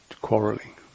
quarrelling